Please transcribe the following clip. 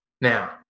now